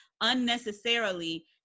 unnecessarily